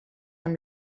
amb